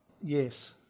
Yes